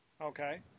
Okay